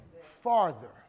farther